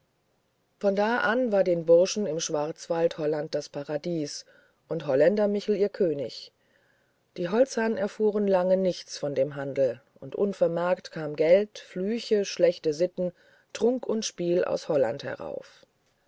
von da an war den burschen im schwarzwald holland das paradies und holländer michel ihr könig die holzherren erfuhren lange nichts von dem handel und unvermerkt kam geld flüche schlechte sitten trunk und spiel aus holland herauf